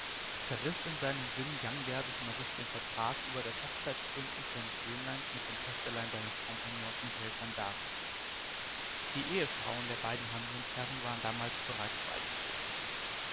zerriß in seinem sinn jan geerdes norris den vertrag über das hochzeitsbündnis seines söhnleins mit dem töchterlein seines kompagnons michael van bergen die ehefrauen der beiden handlungsherren waren damals bereits beide tot